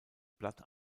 blatt